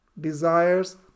desires